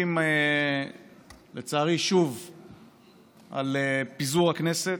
תחשבו על זה.